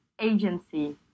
agency